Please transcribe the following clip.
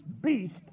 beast